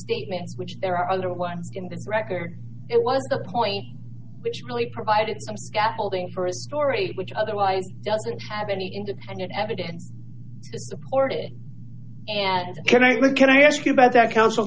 statements which there are other ones in this record it was the point which really provided some scaffolding for a story which otherwise doesn't have any independent evidence to support it and then i mean can i ask you about that counsel